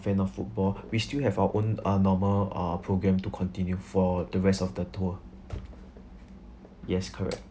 fan of football we still have our own uh normal uh program to continue for the rest of the tour yes correct